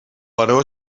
baró